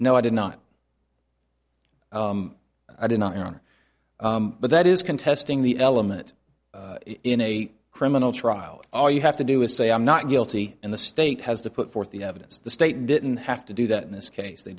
no i did not i did not enter but that is contesting the element in a criminal trial all you have to do is say i'm not guilty and the state has to put forth the evidence the state didn't have to do that in this case they